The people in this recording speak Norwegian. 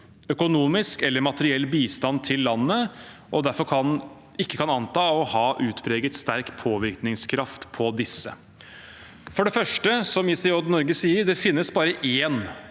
økonomisk eller materiell bistand til landet og derfor ikke kan anta å ha en utpreget sterk påvirkningskraft. For det første, som ICJ Norge sier: Det finnes bare én